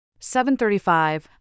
7.35